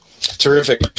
Terrific